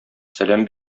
сәлам